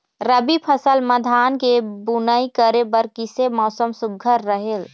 रबी फसल म धान के बुनई करे बर किसे मौसम सुघ्घर रहेल?